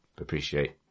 appreciate